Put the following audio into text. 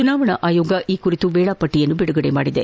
ಚುನಾವಣಾ ಆಯೋಗ ಈ ಕುರಿತು ವೇಳಾಪಟ್ಟಯನ್ನು ಬಿಡುಗಡೆ ಮಾಡಿದೆ